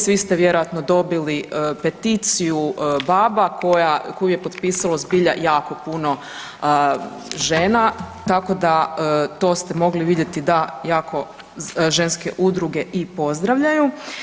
Svi ste vjerojatno dobili peticiju BaBa koju je potpisalo zbilja jako puno žena, tako da to ste mogli vidjeti da jako ženske udruge i pozdravljaju.